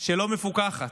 שלא מפוקחת,